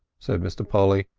said mr. polly.